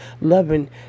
loving